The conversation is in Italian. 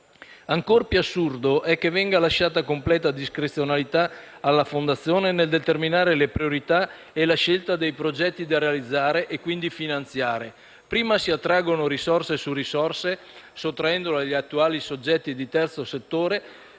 Ancor più assurdo è che venga lasciata completa discrezionalità alla fondazione nel determinare le priorità e la scelta dei progetti da realizzare e quindi finanziare. Prima si attraggono risorse su risorse, sottraendole agli attuali soggetti di terzo settore